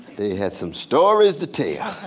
they had some stories to tell.